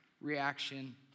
reaction